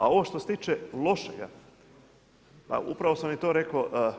A ovo što se tiče lošega, pa upravo sam i to rekao.